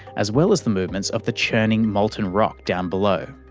as well as the movements of the churning molten rock down below.